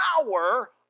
power